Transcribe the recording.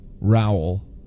Rowell